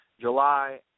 July